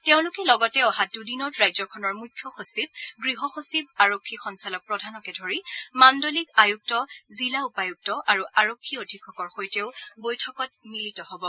তেওঁলোকে লগতে অহা দুদিনত ৰাজ্যখনৰ মুখ্য সচিব গৃহ সচিব আৰক্ষী সঞ্চালকপ্ৰধানকে ধৰি মাণ্ডলিক আয়ুক্ত জিলা উপায়ুক্ত আৰু আৰক্ষী অধীক্ষকৰ সৈতেও বৈঠকত মিলিত হ'ব